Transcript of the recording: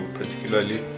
particularly